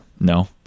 no